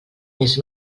més